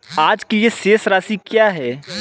आज के लिए शेष राशि क्या है?